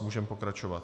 Můžeme pokračovat.